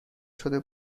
شده